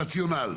רציונל.